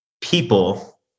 people